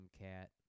cat